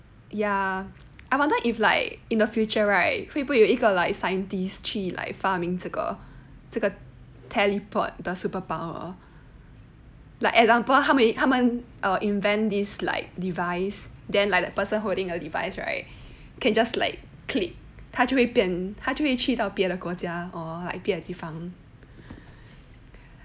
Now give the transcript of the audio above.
ya I wonder if like in the future right 会不会有一个 like scientist 去 like 发明这个这个 teleport the super power like example 他们他们 invent this like device then like that person holding a device right can just like click 他就会变他就会去别的国家 or like 别的地方